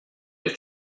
your